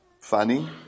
funny